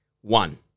one